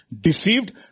deceived